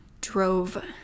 drove